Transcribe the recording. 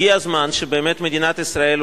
הגיע הזמן שבאמת מדינת ישראל,